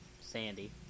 Sandy